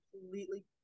completely